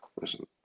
listen